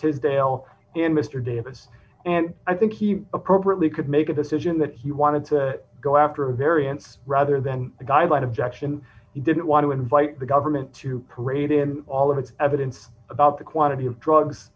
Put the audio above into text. to dale and mister davis and i think he appropriately could make a decision that he wanted to go after a variance rather than a guideline objection he didn't want to invite the government to parade in all of its evidence about the quantity of drugs